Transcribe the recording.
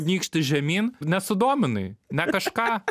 nykštį žemyn nesudominai ne kažką